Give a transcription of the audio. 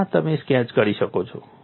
આ તમે સ્કેચ કરી શકો છો